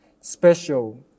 special